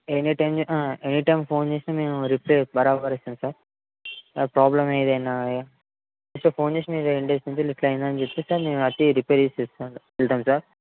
anytime anytime phone చేస్తే నేను reply బరాబర్ ఇస్తాను సార్ ప్రాబ్లమ్ ఏదైన ఫోన్ చేసి మీరు ఎండ్ చేసి ఇట్లా అయిన ఇట్ల అయ్యింది అని చెప్తే సార్ నేను వచ్చి రిపేర్ చేసి వెళ్తాను సార్